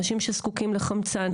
אנשים שזקוקים לחמצן,